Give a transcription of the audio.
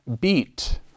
beat